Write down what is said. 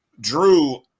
Drew